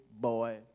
boy